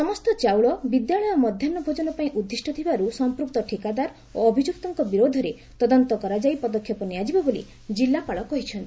ସମସ୍ତ ଚାଉଳ ବିଦ୍ୟାଳୟ ମଧ୍ୟାହ୍ ଭୋଜନ ପାଇଁ ଉଦ୍ଦିଷ୍ଟ ଥିବାରୁ ସଂପୂକ୍ତ ଠିକାଦାର ଓ ଅଭିଯୁକ୍ତଙ୍ ବିରୁଦ୍ଧରେ ତଦନ୍ତ କରାଯାଇ ପଦକ୍ଷେପ ନିଆଯିବ ବୋଲି ଜିଲ୍ଲାପାଳ କହିଛନ୍ତି